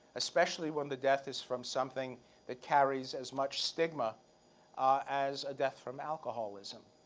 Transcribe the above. especially when the death is from something that carries as much stigma as a death from alcoholism,